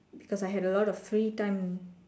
because I had a lot of free time